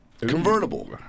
convertible